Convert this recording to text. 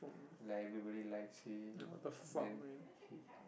like everybody likes him then he